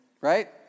right